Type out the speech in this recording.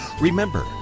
Remember